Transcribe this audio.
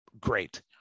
great